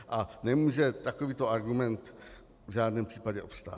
A nemůže takovýto argument v žádném případě obstát.